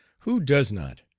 who does not,